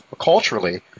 culturally